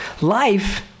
Life